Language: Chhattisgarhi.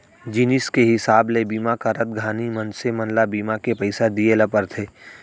जिनिस के हिसाब ले बीमा करत घानी मनसे मन ल बीमा के पइसा दिये ल परथे